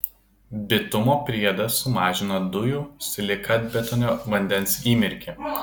bitumo priedas sumažina dujų silikatbetonio vandens įmirkį